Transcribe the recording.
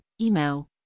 Email